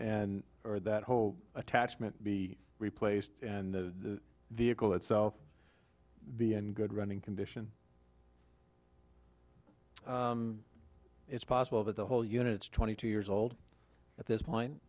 and or that whole attachment be replaced and the vehicle itself be in good running condition it's possible that the whole unit it's twenty two years old at this point